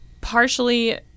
partially